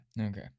Okay